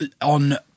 on